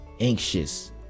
anxious